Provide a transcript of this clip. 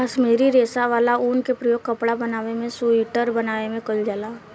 काश्मीरी रेशा वाला ऊन के प्रयोग कपड़ा बनावे में सुइटर बनावे में कईल जाला